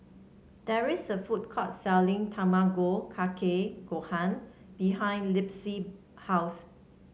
there is a food court selling Tamago Kake Gohan behind Libby's house